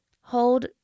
Hold